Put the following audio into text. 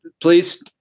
please